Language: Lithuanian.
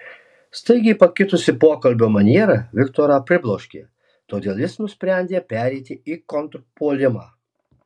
staigiai pakitusi pokalbio maniera viktorą pribloškė todėl jis nusprendė pereiti į kontrpuolimą